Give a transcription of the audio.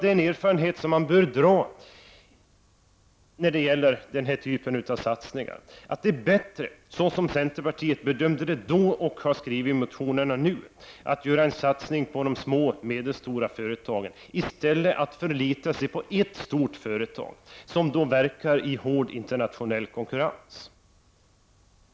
Den slutsats som bör dras av denna typ av satsningar är att det är bättre, såsom centerpartiet bedömde det då och har skrivit i motionerna nu, att göra en satsning på de små och medelstora företagen i stället för att förlita sig på ett stort företag, som verkar i hård internationell konkurrens.